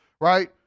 right